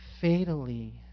fatally